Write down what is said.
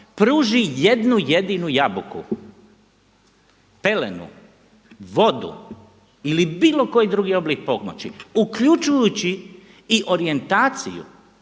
pruži jednu jedinu jabuku, pelenu, vodu ili bilo koji oblik pomoći uključujući i orijentaciju